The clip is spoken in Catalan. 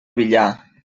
villar